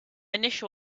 initial